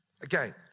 Again